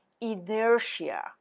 inertia